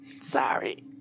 Sorry